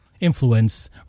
influence